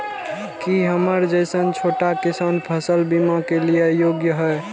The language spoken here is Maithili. की हमर जैसन छोटा किसान फसल बीमा के लिये योग्य हय?